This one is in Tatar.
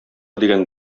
дигән